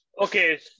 Okay